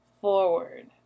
forward